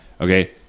Okay